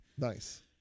Nice